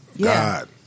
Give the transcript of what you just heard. God